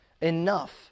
enough